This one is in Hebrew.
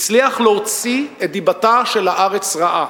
הצליח להוציא את דיבתה של הארץ רעה.